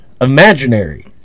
imaginary